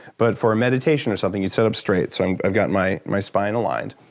but for meditation or something, you sit up straight, so i've got my my spine aligned.